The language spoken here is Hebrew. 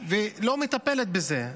ולא מטפלת בזה.